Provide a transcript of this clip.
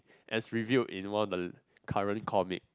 as revealed in one of the current comic